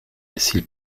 s’il